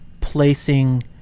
placing